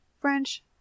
French